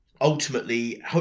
ultimately